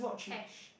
cash